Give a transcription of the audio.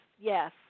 yes